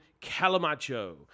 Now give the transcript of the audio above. Calamacho